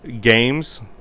games